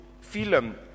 film